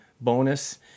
bonus